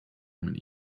many